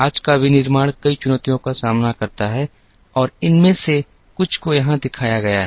आज का विनिर्माण कई चुनौतियों का सामना करता है और इनमें से कुछ को यहां दिखाया गया है